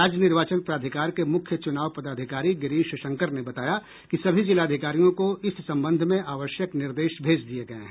राज्य निर्वाचन प्राधिकार के मुख्य चुनाव पदाधिकारी गिरीश शंकर ने बताया कि सभी जिलाधिकारियों को इस संबंध में आवश्यक निर्देश भेज दिये गये हैं